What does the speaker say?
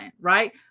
right